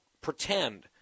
pretend